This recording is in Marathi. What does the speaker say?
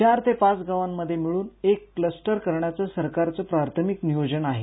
चार ते पाच गावांमध्ये मिळून एक क्लस्टर करण्याचं सरकारचं प्राथमिक नियोजन आहे